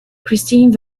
christine